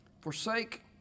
forsake